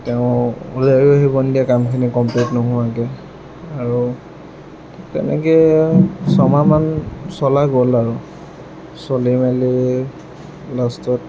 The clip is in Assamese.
তেওঁ ওলায়ো আহিব নিদিয়ে নিদিয়ে কামখিনি কমপ্লিট নোহোৱাকৈ আৰু তেনেকৈয়ে ছমাহ মান চলাই গ'ল আৰু চলি মেলি লাষ্টত